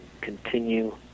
continue